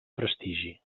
prestigi